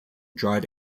dried